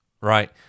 right